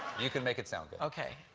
you can make it sound good. okay.